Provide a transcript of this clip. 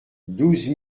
douze